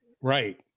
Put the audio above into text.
right